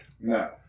No